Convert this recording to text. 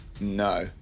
No